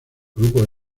grupos